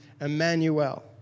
Emmanuel